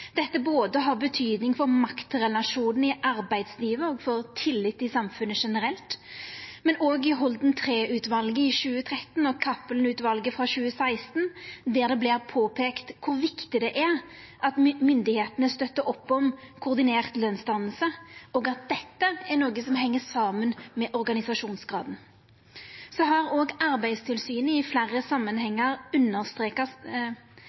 dette har betydning både for maktrelasjonen i arbeidslivet og for tillit i samfunnet generelt. Men òg Holden III-utvalet i 2013 og Cappelen-utvalet i 2016 påpeiker kor viktig det er at myndigheitene støttar opp om koordinert lønsdanning, og at dette er noko som heng saman med organisasjonsgraden. Òg Arbeidstilsynet har i fleire samanhengar understreka samanhengane mellom eit organisert og